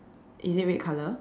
is it red colour